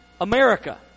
America